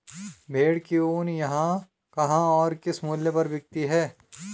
भेड़ की ऊन कहाँ और किस मूल्य पर बिकती है?